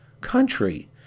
country